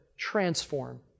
Transform